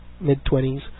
mid-20s